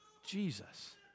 Jesus